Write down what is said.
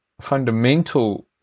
fundamental